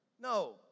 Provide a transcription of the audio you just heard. No